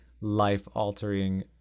life-altering